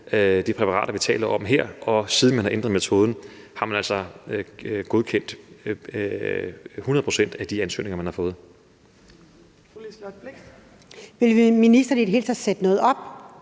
de præparater, vi taler om her, og siden man har ændret metode, har man altså godkendt 100 pct. af de ansøgninger, man har fået. Kl. 11:34 Fjerde næstformand